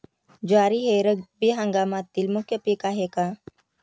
ज्वारी हे रब्बी हंगामातील मुख्य पीक आहे का?